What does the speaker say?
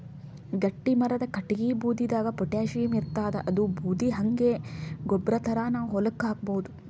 ಗಟ್ಟಿಮರದ್ ಕಟ್ಟಗಿ ಬೂದಿದಾಗ್ ಪೊಟ್ಯಾಷಿಯಂ ಇರ್ತಾದ್ ಅದೂ ಬೂದಿ ಹಂಗೆ ಗೊಬ್ಬರ್ ಥರಾ ನಾವ್ ಹೊಲಕ್ಕ್ ಹಾಕಬಹುದ್